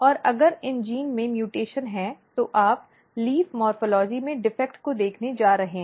और अगर इन जीन में म्यूटेशन है तो आप लीफ मॉर्फ़ॉलजी में दोष को देखने जा रहे हैं